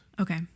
Okay